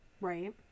Right